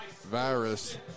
virus